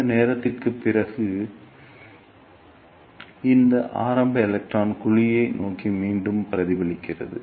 இந்த தூரத்திற்கு பிறகு இந்த ஆரம்ப எலக்ட்ரானும் குழியை நோக்கி மீண்டும் பிரதிபலிக்கிறது